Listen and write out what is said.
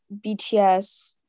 BTS